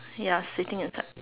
ya sitting inside